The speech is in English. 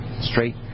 straight